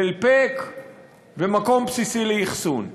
דלפק ומקום בסיסי לאחסון.